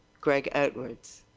greg edwards,